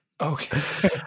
okay